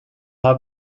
have